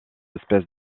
espèces